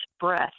breath